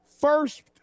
First